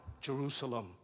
Jerusalem